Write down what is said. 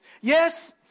Yes